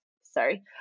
sorry